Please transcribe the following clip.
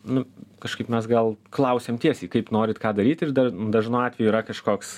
nu kažkaip mes gal klausėm tiesiai kaip norit ką daryt ir dažnu atveju yra kažkoks